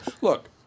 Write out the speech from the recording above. Look